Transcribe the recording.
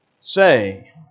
say